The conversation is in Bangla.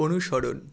অনুসরণ